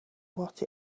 what